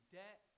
debt